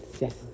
yes